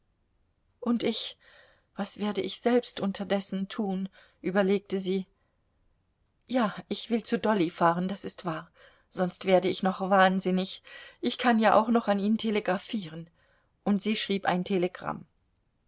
und ich was werde ich selbst unterdessen tun überlegte sie ja ich will zu dolly fahren das ist wahr sonst werde ich noch wahnsinnig ich kann ja auch noch an ihn telegrafieren und sie schrieb ein telegramm